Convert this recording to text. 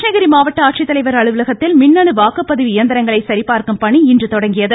கிருஷ்ணகிரி மாவட்ட ஆட்சித்தலைவர் அலுவலகத்தில் மின்னணு வாக்குப்பதிவு இயந்திரங்களை சரிபார்க்கும் பணி இன்று தொடங்கியது